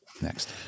next